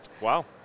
Wow